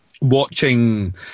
watching